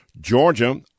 Georgia